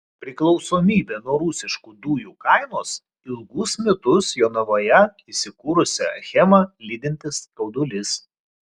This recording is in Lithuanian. priklausomybė nuo rusiškų dujų kainos ilgus metus jonavoje įsikūrusią achemą lydintis skaudulys